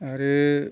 आरो